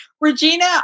Regina